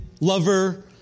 lover